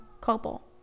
copal